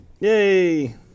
Yay